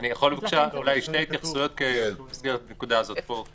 אני יכול בבקשה אולי שתי התייחסויות במסגרת הנקודה הזאת פה?